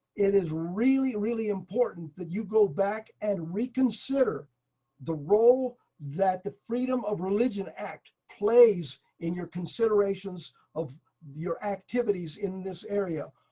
it is really, really important that you go back and reconsider the role that the freedom of religion act plays in your considerations of your activities in this area.